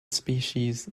species